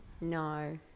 No